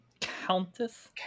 Countess